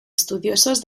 estudiosos